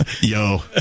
Yo